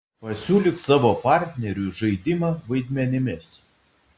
pasiūlyk savo partneriui žaidimą vaidmenimis